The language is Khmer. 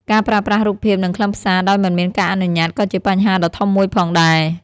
ការប្រើប្រាស់រូបភាពនិងខ្លឹមសារដោយមិនមានការអនុញ្ញាតក៏ជាបញ្ហាដ៏ធំមួយផងដែរ។